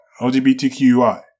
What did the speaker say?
LGBTQI